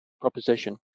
proposition